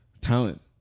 talent